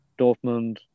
Dortmund